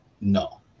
No